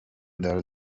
داره